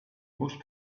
most